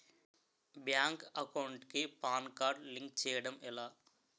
Bank account కి PAN card link చేయడం ఎలా?